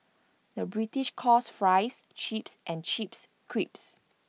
the British calls Fries Chips and Chips Crisps